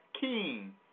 King